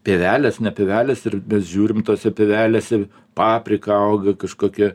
tėvelis tėvelis ir bežiūrim tose pievelėse paprika auga kažkokia